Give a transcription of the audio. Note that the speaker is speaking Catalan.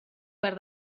per